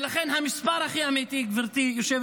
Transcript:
לכן המספר הכי אמיתי,